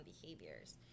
behaviors